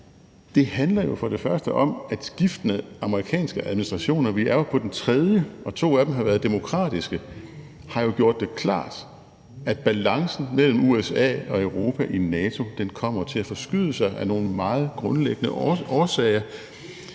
men at det jo for det første handler om, at skiftende amerikanske administrationer – og vi er oppe på den tredje, og to af dem har været demokratiske – har gjort det klart, at balancen mellem USA og Europa i NATO kommer til at forskyde sig af nogle meget grundlæggende årsager.